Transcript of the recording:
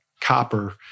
copper